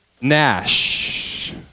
Nash